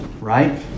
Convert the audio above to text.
right